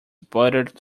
buttered